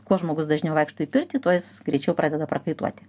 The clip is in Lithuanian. kuo žmogus dažniau vaikšto į pirtį tuo greičiau pradeda prakaituoti